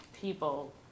people